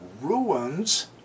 ruins